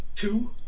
two